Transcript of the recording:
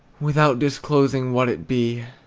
without disclosing what it be,